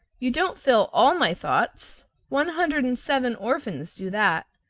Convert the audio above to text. you don't fill all my thoughts one hundred and seven orphans do that.